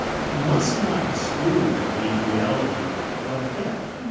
must not exclude the reality of death.